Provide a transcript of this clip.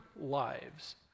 lives